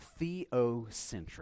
theocentric